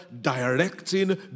directing